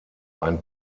ein